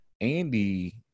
Andy